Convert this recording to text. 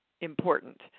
important